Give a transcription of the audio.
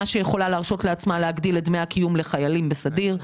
שיכולה להרשות לעצמה להגדיל את דמי הקיום לחיילים בסדיר,